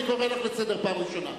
אני קורא לך לסדר פעם ראשונה.